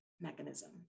mechanism